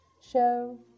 show